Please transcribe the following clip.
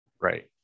Right